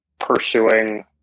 pursuing